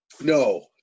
No